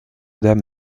dame